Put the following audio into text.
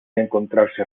encontrarse